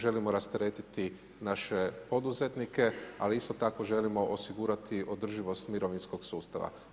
Želimo rasteretiti naše poduzetnike, ali isto tako želimo osigurati održivost mirovinskog sustava.